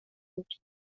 بود